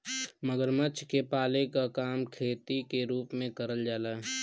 मगरमच्छ के पाले क काम खेती के रूप में करल जाला